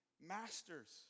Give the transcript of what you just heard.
masters